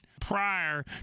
prior